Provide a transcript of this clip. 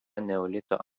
neolito